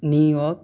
New York